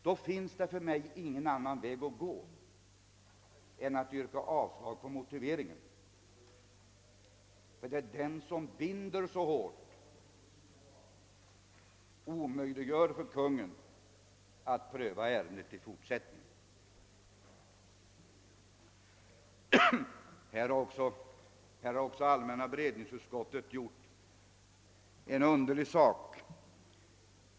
Då finns det för mig ingen annan väg att gå än att yrka avslag på motiveringen, ty det är den som binder så hårt och omöjliggör för Kungl. Maj:t att i fortsättningen pröva ärendet. Allmänna <beredningsutskottet har härvidlag gjort någonting underligt.